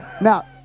Now